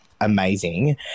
amazing